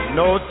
no